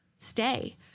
stay